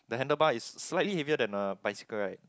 the handlebar is slightly heavier than a bicycle right